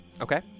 Okay